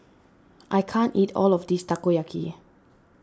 I can't eat all of this Takoyaki